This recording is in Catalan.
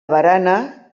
barana